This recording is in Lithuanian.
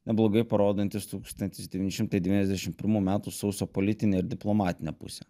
neblogai parodantys tūkstantis devyni šimtai devyniasdešim pirmų metų sausio politinę ir diplomatinę pusę